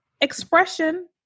expression